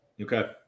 Okay